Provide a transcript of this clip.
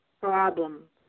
problem